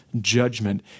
judgment